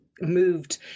moved